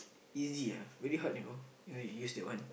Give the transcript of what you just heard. easy ah very hard you know use use that one